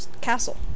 Castle